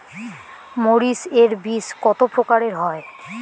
মরিচ এর বীজ কতো প্রকারের হয়?